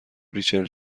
ریچل